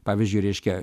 pavyzdžiui reiškia